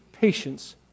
patience